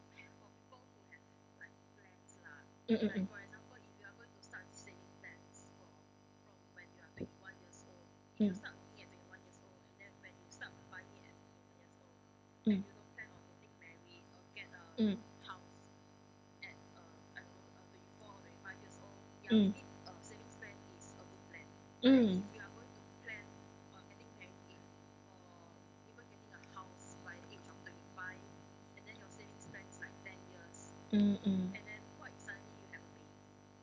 mm mm mm mm mm mm mm mm mm mm